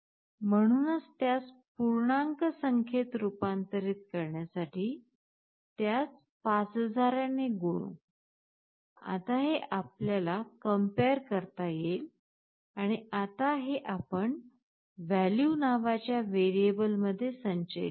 म्हणूनच त्यास पूर्णांक संख्येत रूपांतरित करण्यासाठी त्यास 5000 ने गुणु आता हे आपल्याला कमप्यार करता येईल आणि आता हे आपण "वॅल्यू" नावाच्या व्हेरिएबलमध्ये संचयित करू